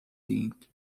think